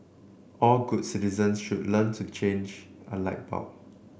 all good citizens should learn to change a light bulb